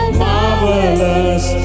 marvelous